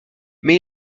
mais